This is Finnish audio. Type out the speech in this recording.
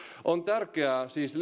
on tärkeää siis